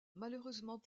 malheureusement